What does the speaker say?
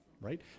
right